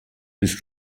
bist